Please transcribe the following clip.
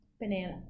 Banana